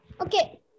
Okay